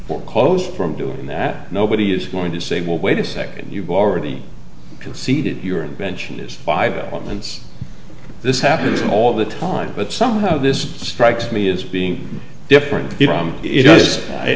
foreclosed from doing that nobody is going to say well wait a second you've already conceded your invention is five wins this happens all the time but somehow this strikes me as being different if it does i